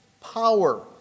power